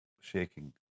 Shaking